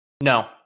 No